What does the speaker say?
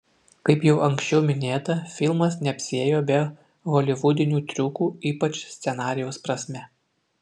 kaip jau anksčiau minėta filmas neapsiėjo be holivudinių triukų ypač scenarijaus prasme